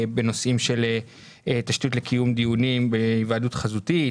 בנושאים של תשתיות לקיום דיונים עם היוועדות חזותית,